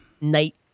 night